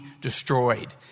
destroyed